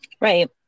Right